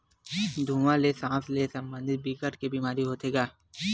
धुवा ले सास ले संबंधित बिकट के बेमारी होथे गा